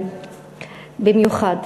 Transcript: במיוחד.